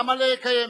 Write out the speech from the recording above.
למה לקיים,